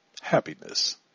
happiness